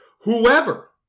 whoever